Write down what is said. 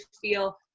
feel